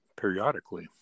periodically